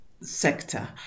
sector